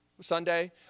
Sunday